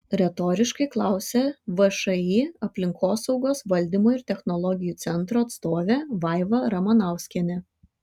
retoriškai klausia všį aplinkosaugos valdymo ir technologijų centro atstovė vaiva ramanauskienė